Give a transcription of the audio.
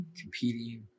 competing